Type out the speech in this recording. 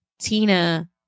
Tina